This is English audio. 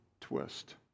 twist